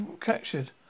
captured